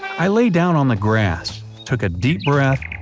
i lay down on the grass, took a deep breath,